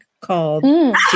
called